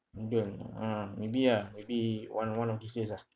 indian ah maybe ah maybe one one of these days ah